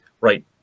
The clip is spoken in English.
right